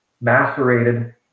macerated